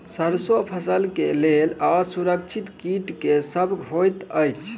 सैरसो फसल केँ लेल असुरक्षित कीट केँ सब होइत अछि?